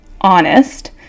honest